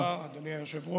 תודה רבה, אדוני היושב-ראש.